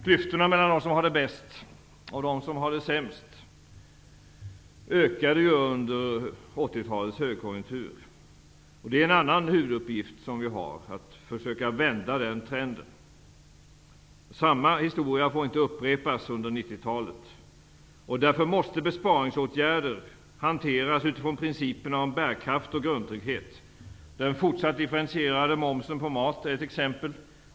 Klyftorna mellan dem som har det bäst och dem som har det sämst ökade under 80-talets högkonjunktur. Att försöka vända den trenden är en annan huvuduppgift som vi har. Samma historia får inte upprepas under 90-talet. Därför måste besparingsåtgärder hanteras utifrån principerna om bärkraft och grundtrygghet. Den fortsatt differentierade momsen på mat är ett exempel.